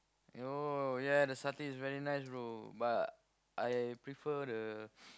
you know yeah the satay is very nice bro but I prefer the